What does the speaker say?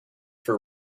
for